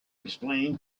explain